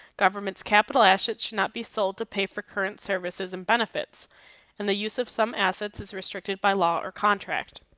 government's capital assets should not be sold to pay for current services and benefits and the use of some assets is restricted by law or contract.